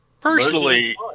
personally